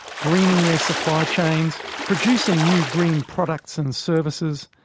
greening their supply chains, producing new green products and services,